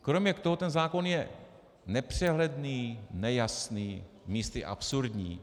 Kromě toho ten zákon je nepřehledný, nejasný, místy absurdní.